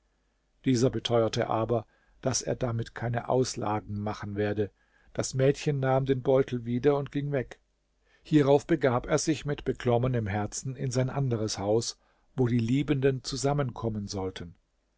dieser beteuerte aber daß er damit keine auslagen machen werde das mädchen nahm den beutel wieder und ging weg hierauf begab er sich mit beklommenem herzen in sein anderes haus wo die liebenden zusammenkommen sollten